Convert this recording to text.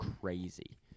crazy